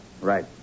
Right